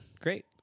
Great